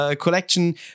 collection